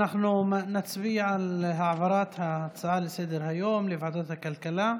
אנחנו נצביע על העברת ההצעה לסדר-היום לוועדת הכלכלה.